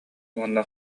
уонна